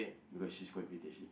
because she's quite pretty actually